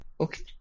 okay